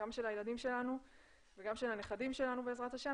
גם של הילדים שלנו וגם של הנכדים שלנו בעזרת ה'.